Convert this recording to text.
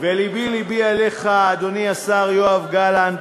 ולבי-לבי עליך, אדוני השר יואב גלנט,